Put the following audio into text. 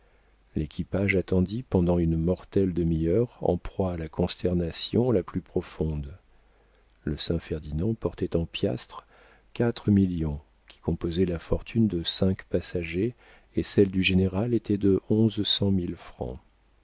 l'équipage attendit pendant une mortelle demi-heure en proie à la consternation la plus profonde le saint ferdinand portait en piastres quatre millions qui composaient la fortune de cinq passagers et celle du général était de onze cent mille francs